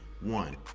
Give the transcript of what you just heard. One